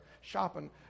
shopping